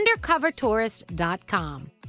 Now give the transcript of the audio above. UndercoverTourist.com